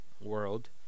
world